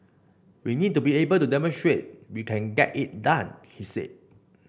we need to be able to demonstrate we can get it done he said